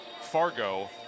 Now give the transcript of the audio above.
Fargo